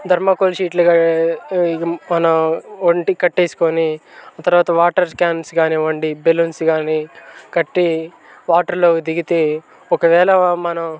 thermocol షీట్లు మనం ఒంటికి కట్టేసుకుని తర్వాత వాటర్ క్యాన్స్ కానివ్వండి బెలూన్స్ కానీ కట్టి వాటర్లోకి దిగితే ఒకవేళ మనం